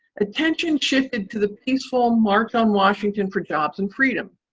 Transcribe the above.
attention shifted to the peaceful march on washington for jobs and freedom.